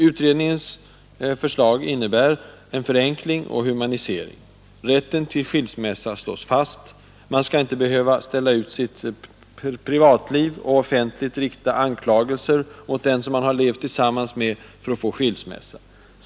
Utredningens förslag innebär en förenkling och humanisering. Rätten till skilsmässa slås fast. Man skall inte för att få skilsmässa behöva stä la ut sitt privatliv och offentligt rikta anklagelser mot den, som man har levt tillsammans med.